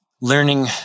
learning